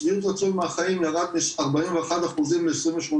שביעות רצון מהחיים ירד ב-41% ל-28%,